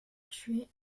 tuer